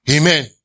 Amen